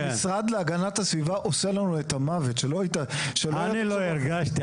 המשרד להגנת הסביבה עושה לנו את המוות שלא יהיה --- אני לא הרגשתי,